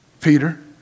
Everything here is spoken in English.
Peter